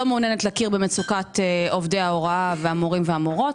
לא מעוניינת להכיר במצוקת עובדי ההוראה והמורים והמורות